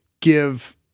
give